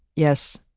yes.